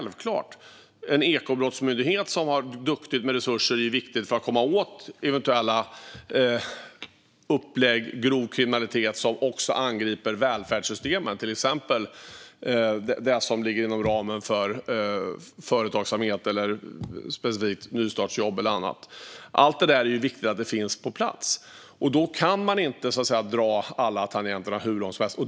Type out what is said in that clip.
En ekobrottsmyndighet som har duktigt med resurser är självklart viktig för att komma åt eventuella upplägg med grov kriminalitet som också angriper välfärdssystemen, till exempel det som ligger inom ramen för företagsamhet eller nystartsjobb. Det är viktigt att allt detta finns på plats, och då kan man inte dra alla tangenter hur långt som helst.